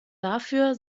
dafür